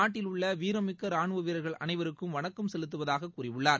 நாட்டிலுள்ள வீரம் மிக்க ராணுவ வீரர்கள் அனைவருக்கும் வணக்கம் செலுத்துவதாகக் கூறியுள்ளார்